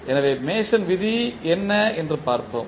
எனவே மேசன் விதி என்ன என்று பார்ப்போம்